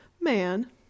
Man